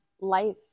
life